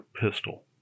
pistol